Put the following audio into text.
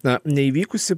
na neįvykusi